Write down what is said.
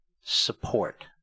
support